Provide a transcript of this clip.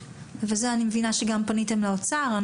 אני מבינה שגם פניתם למשרד האוצר בעניין זה.